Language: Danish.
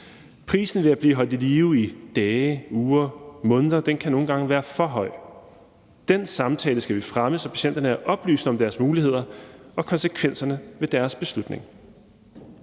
Prisen ved at blive holdt i live i dage, uger og måneder kan nogle gange være for høj. Den samtale skal vi fremme, så patienterne bliver oplyst om deres muligheder og konsekvenserne ved deres beslutning.